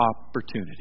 opportunity